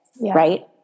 right